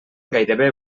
gairebé